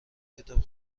کتاب